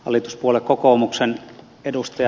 hallituspuolue kokoomuksen ed